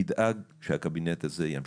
תדאג שהקבינט הזה ימשיך.